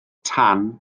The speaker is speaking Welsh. tan